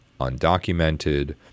undocumented